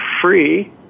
free